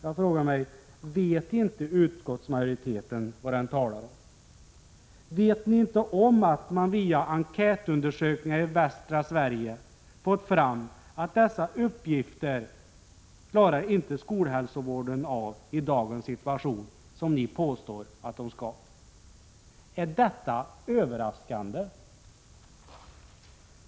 Jag frågar mig: Vet inte utskottsmajoriteten vad den talar om? Vet den inte om att man via enkätundersökningar i västra Sverige fått fram att skolhälsovården inte klarar av dessa uppgifter i dagens situation, som utskottsmajoriteten påstår att den gör. Är det överraskande?